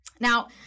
Now